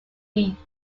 beach